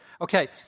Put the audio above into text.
Okay